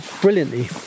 brilliantly